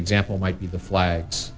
example might be the flags